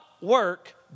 work